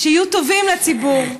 שיהיו טובים לציבור,